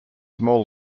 small